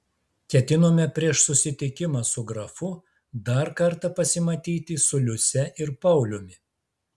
ketinome prieš susitikimą su grafu dar kartą pasimatyti su liuse ir pauliumi